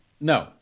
No